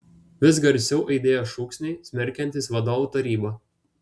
vis garsiau aidėjo šūksniai smerkiantys vadovų tarybą